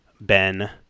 Ben